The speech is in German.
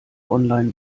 online